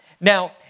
Now